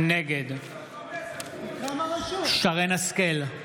נגד שרן מרים השכל,